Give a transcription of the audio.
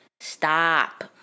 Stop